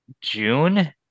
June